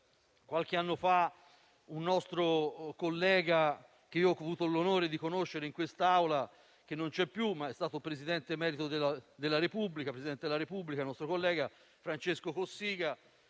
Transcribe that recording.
qualche anno fa un nostro collega, che ho avuto l'onore di conoscere in quest'Aula e che ora non c'è più, ma è stato anche Presidente della Repubblica, Francesco Cossiga: